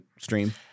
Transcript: stream